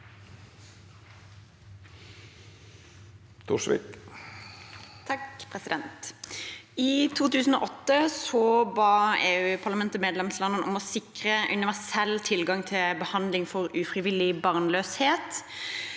I 2008 ba EU-parlamentet medlemslandene om å sikre universell tilgang til behandling av ufrivillig barnløshet.